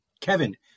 Kevin